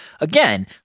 Again